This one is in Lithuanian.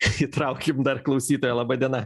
įtraukim dar klausytoją laba diena